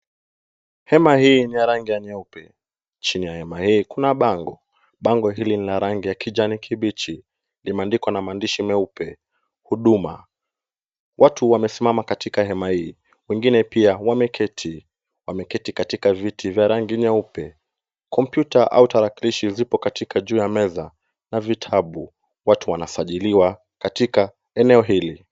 Hema hi yenye rangi ya nyeupe. Chini ya hema hii kuna bango. Bango hili lina rangi ya kijani kibichi. Limeandikwa na maandishi meupe Huduma. Watu wamesimama katika hema hii. Wengine pia wameketi. Wameketi katika viti vya rangi nyeupe. Kompyuta au tarakilishi vipo katika juu ya meza na vitabu. Watu wanasajiliwa katika eneo hili.